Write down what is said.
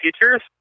teachers